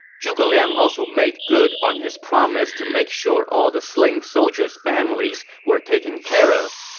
zhuge liang also made good on his promise to make sure all the slain soldiers' families were taken care of.